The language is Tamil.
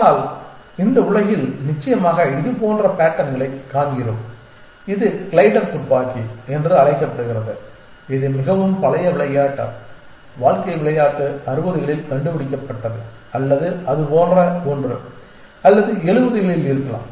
ஆனால் இந்த உலகில் நிச்சயமாக இது போன்ற பேட்டர்ன்களைக் காண்கிறோம் இது கிளைடர் துப்பாக்கி என்று அழைக்கப்படுகிறது இது மிகவும் பழைய விளையாட்டு வாழ்க்கை விளையாட்டு 60 களில் கண்டுபிடிக்கப்பட்டது அல்லது அது போன்ற ஒன்று அல்லது 70 களில் இருக்கலாம்